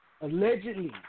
allegedly